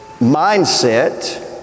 mindset